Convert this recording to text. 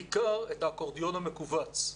בעיקר את האקורדיון המכווץ.